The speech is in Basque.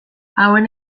hauen